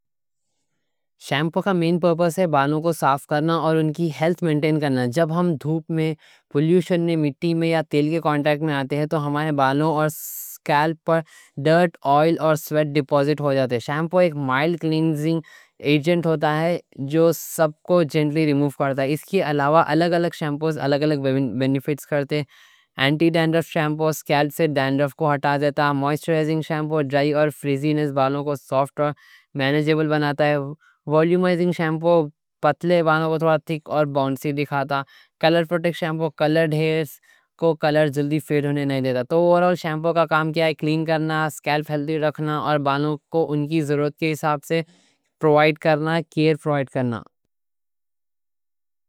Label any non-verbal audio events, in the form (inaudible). شیمپو کا مین پرپس ہے بالوں کو صاف کرنا اور ان کی ہیلتھ مینٹین کرنا۔ جب ہم دھوپ میں، پولیوشن میں، مٹی میں یا تیل کے کانٹیکٹ میں آتے ہیں تو ہمارے بالوں اور سکیلپ پر ڈرٹ، آئل اور سویٹ ڈیپازٹ ہو جاتے ہیں۔ شیمپو ایک مائلڈ کلینزنگ ایجنٹ ہوتا ہے جو (hesitation) سب کو جنٹلی ریموو کرتا ہے۔ اس کے علاوہ الگ الگ شیمپو الگ الگ (hesitation) بینیفیٹس کرتے ہیں۔ اینٹی ڈینڈرف شیمپو سکیلپ سے ڈینڈرف کو ہٹا دیتا ہے، موئسچرائزنگ شیمپو ڈرائی اور فریزینس بالوں کو سافٹ اور مینجیبل بناتا ہے۔ وولیومائزنگ شیمپو پتلے بالوں کو تھوڑا تھک اور باؤنسی دکھاتا ہے۔ کلر پروٹیکشن شیمپو (hesitation) کلرڈ ہیئرز کو کلر جلدی فیڈ ہونے نہیں دیتا۔ تو اوور آل شیمپو کا کام کیا ہے؟ کلین کرنا، سکیلپ کو ہیلتھی رکھنا اور بالوں کو ان کی ضرورت کے حساب سے پروائیڈ کرنا۔